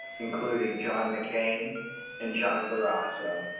including john mccain and john barrasso.